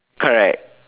correct